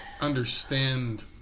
understand